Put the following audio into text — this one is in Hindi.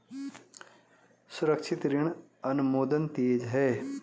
सुरक्षित ऋण अनुमोदन तेज है